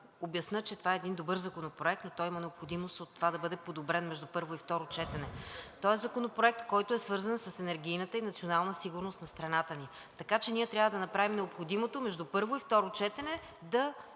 обясня, че това е един добър законопроект, но той има необходимост от това да бъде подобрен между първо и второ четене. Той е законопроект, който е свързан с енергийната и националната сигурност на страната ни, така че ние трябва да направим необходимото между първо и второ четене да